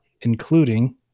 including